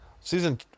Season